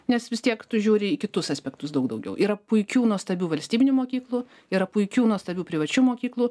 nes vis tiek tu žiūri į kitus aspektus daug daugiau yra puikių nuostabių valstybinių mokyklų yra puikių nuostabių privačių mokyklų